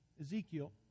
Ezekiel